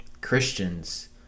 Christians